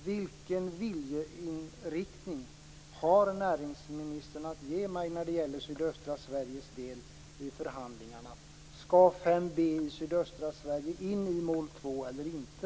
Vilken viljeinriktning har näringsministern att ge mig när det gäller sydöstra Sveriges del i förhandlingarna?